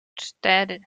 cztery